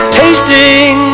tasting